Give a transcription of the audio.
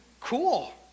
cool